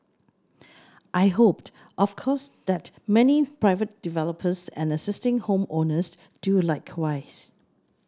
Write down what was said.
I hoped of course that many private developers and existing home owners do likewise